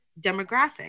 demographic